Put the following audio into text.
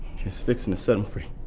he's fixin' to set em free.